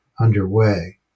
underway